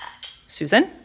Susan